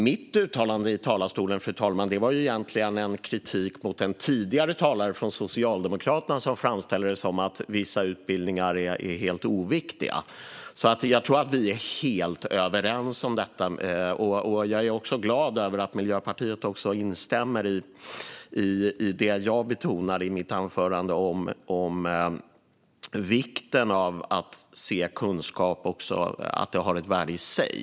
Mitt uttalande i talarstolen, fru talman, var egentligen kritik mot en tidigare talare från Socialdemokraterna som framställde det som att vissa utbildningar är helt oviktiga, så jag tror att Annika Hirvonen och jag är helt överens om detta. Jag är också glad över att Miljöpartiet instämmer i det jag betonade i mitt anförande om vikten av att se att kunskap har ett värde i sig.